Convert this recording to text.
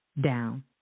down